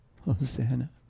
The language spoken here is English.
Hosanna